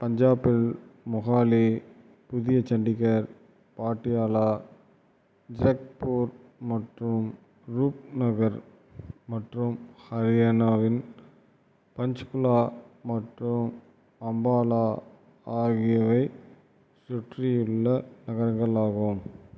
பஞ்சாபில் மொஹாலி புதிய சண்டிகர் பாட்டியாலா ஜக்பூர் மற்றும் ரூப்நகர் மற்றும் ஹரியானாவின் பஞ்ச்குலா மற்றும் அம்பாலா ஆகியவை சுற்றியுள்ள நகரங்களாகும்